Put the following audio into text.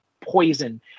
Poison